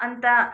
अन्त